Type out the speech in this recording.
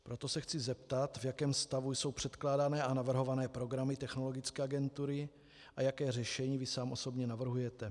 Proto se chci zeptat, v jakém stavu jsou předkládané a navrhované programy Technologické agentury a jaké řešení vy sám osobně navrhujete.